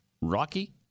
Rocky